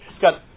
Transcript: got